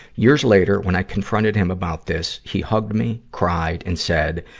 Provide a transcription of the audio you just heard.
years later, when i confronted him about this, he hugged me, cried, and said,